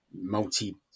multi